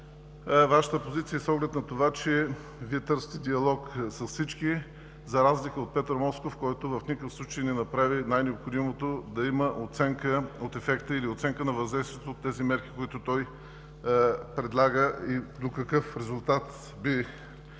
Вашата позиция с оглед на това, че Вие търсите диалог с всички, за разлика от Петър Москов, който в никакъв случай не направи най-необходимото да има оценка от ефекта или оценка на въздействието от тези мерки, които той предлага и до какъв резултат би